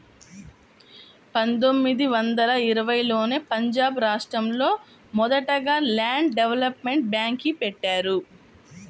పందొమ్మిది వందల ఇరవైలోనే పంజాబ్ రాష్టంలో మొదటగా ల్యాండ్ డెవలప్మెంట్ బ్యేంక్ని బెట్టారు